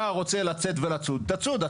אתה רוצה לצאת ולצוד, תצוד.